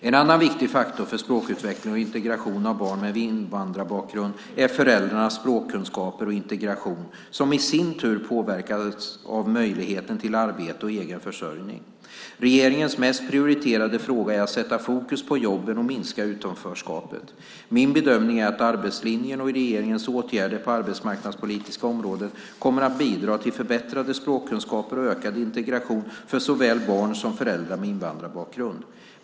En annan viktig faktor för språkutveckling och integration av barn med invandrarbakgrund är föräldrarnas språkkunskaper och integration, som i sin tur påverkas av möjligheten till arbete och egen försörjning. Regeringens mest prioriterade fråga är att sätta fokus på jobben och minska utanförskapet. Min bedömning är att arbetslinjen och regeringens åtgärder på det arbetsmarknadspolitiska området kommer att bidra till förbättrade språkkunskaper och ökad integration för såväl barn som föräldrar med invandrarbakgrund.